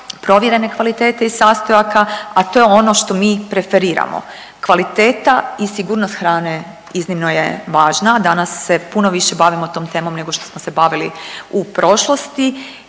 provjerene kvalitete i sastojaka, a to je ono što mi preferiramo. Kvaliteta i sigurnost iznimno je važna. Danas se puno više bavimo tom temom nego što smo se bavili u prošlosti